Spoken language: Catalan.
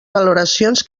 valoracions